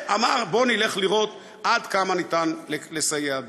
אמרנו: בואו נלך לראות עד כמה ניתן לסייע להם.